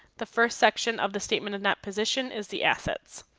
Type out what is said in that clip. the first section of the statement of that position is the assets.